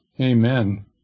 amen